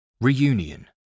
Reunion